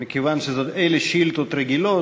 מכיוון שאלה שאילתות רגילות,